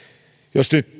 jos nyt